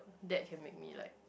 that can make me like